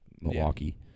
Milwaukee